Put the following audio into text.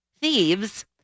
thieves